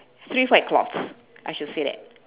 three white cloths I should say that